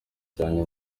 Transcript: cyane